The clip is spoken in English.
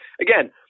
Again